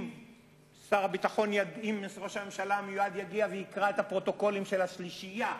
אם ראש הממשלה המיועד יגיע ויקרא את הפרוטוקולים של השלישייה,